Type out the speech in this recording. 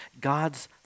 God's